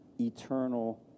eternal